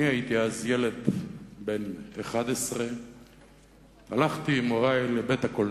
אני הייתי אז ילד בן 11. הלכתי עם הורי לבית-הקולנוע,